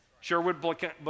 Sherwood